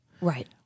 Right